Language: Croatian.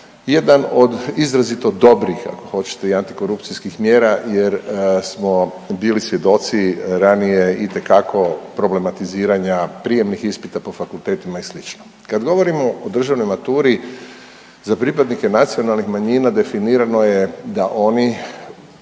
jedan od izrazito dobrih, ako hoćete i antikorupcijskih mjera jer smo bili svjedoci ranije, itekako problematiziranja prijemnih ispita po fakultetima i sl. Kad govorimo o državnoj maturi za pripadnike nacionalnih manjina, definirano je da oni